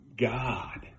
God